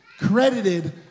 credited